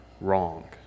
wrong